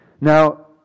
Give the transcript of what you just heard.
Now